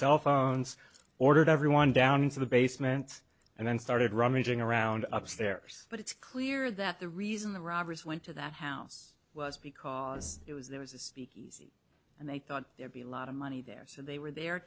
cell phones ordered everyone down into the basement and then started rummaging around up stairs but it's clear that the reason the robbers went to that house was because it was there was and they thought there'd be a lot of money there so they were the